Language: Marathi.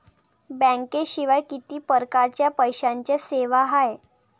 बँकेशिवाय किती परकारच्या पैशांच्या सेवा हाय?